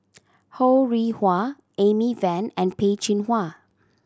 Ho Rih Hwa Amy Van and Peh Chin Hua